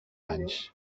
anys